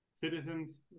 citizens